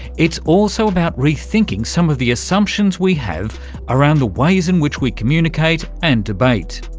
it's also about rethinking some of the assumptions we have around the ways in which we communicate and debate,